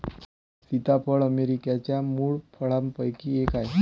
सीताफळ अमेरिकेच्या मूळ फळांपैकी एक आहे